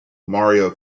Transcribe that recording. mario